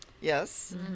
yes